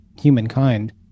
humankind